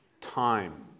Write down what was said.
time